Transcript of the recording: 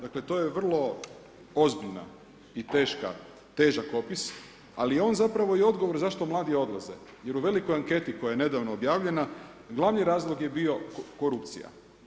Dakle, to je vrlo ozbiljna i težak opis, ali je on zapravo i odgovor zašto mladi odlaze jer u velikoj anketi koja je nedavno objavljena, glavni razlog je bio korupcija.